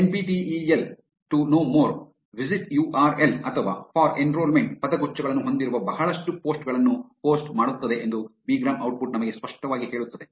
N P T E L to know more to know more visit U R L visit URL ಅಥವಾ for enrollment for enrollment ಪದಗುಚ್ಛಗಳನ್ನು ಹೊಂದಿರುವ ಬಹಳಷ್ಟು post ಗಳನ್ನು post ಮಾಡುತ್ತದೆ ಎಂದು bigram output ನಮಗೆ ಸ್ಪಷ್ಟವಾಗಿ ಹೇಳುತ್ತದೆ